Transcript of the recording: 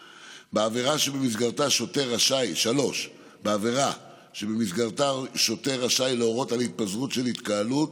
3. בעבירה שבמסגרתה שוטר רשאי להורות על התפזרות של התקהלות